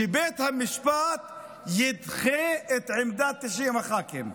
שבית המשפט ידחה את עמדת 90 הח"כים.